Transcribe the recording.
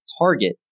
target